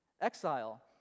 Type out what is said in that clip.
exile